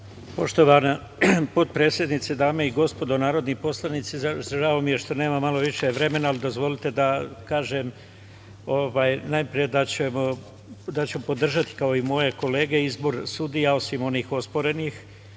Poštovana potpredsednice, dame i gospodo narodni poslanici, žao mi je što nemam malo više vremena, ali dozvolite da kažem, najpre da ću podržati kao i moje kolege izbor sudija, osim onih osporenih. Odmah